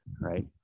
Right